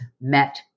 met